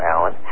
Alan